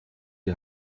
die